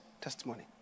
testimony